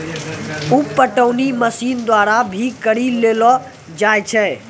उप पटौनी मशीन द्वारा भी करी लेलो जाय छै